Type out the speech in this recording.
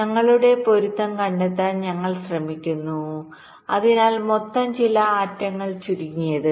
ഞങ്ങളുടെ പൊരുത്തം കണ്ടെത്താൻ ഞങ്ങൾ ശ്രമിക്കുന്നു അതിനായി മൊത്തം ചില അറ്റങ്ങൾ ചുരുങ്ങിയത്